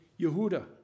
Yehuda